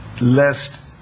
Lest